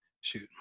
shoot